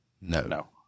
no